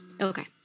okay